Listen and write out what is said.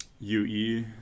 UE